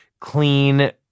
clean